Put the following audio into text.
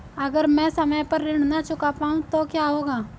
अगर म ैं समय पर ऋण न चुका पाउँ तो क्या होगा?